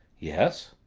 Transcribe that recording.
yes.